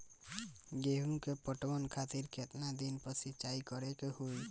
गेहूं में पटवन खातिर केतना दिन पर सिंचाई करें के होई?